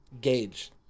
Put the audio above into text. gauge